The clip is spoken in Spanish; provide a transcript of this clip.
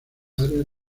áreas